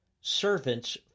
Servants